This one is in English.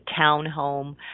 townhome